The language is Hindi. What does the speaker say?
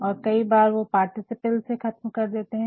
और कई बार वो पार्टीसिपल से ख़तम कर देते है